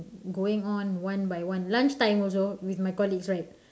going on one by one lunch time also with my colleagues right